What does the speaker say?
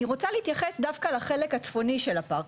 אני רוצה להתייחס דווקא לחלק הצפוני של הפארק,